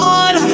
on